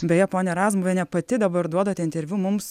beje ponia razmuviene pati dabar duodate interviu mums